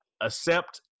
accept